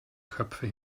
köpfe